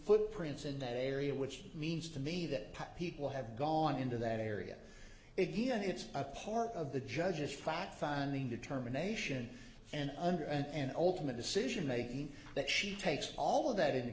footprints in that area which means to me that people i've gone into that area if he had it's a part of the judge's fact finding determination and under and ultimate decision making that she takes all of that i